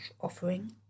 offering